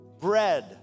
bread